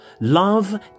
Love